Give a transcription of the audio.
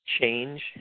change